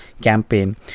campaign